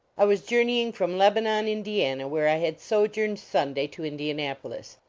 i was journeying from lebanon, in diana, where i had sojourned sunday, to indianapolis.